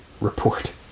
report